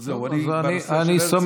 אבל זהו, אני ממשיך בתזה.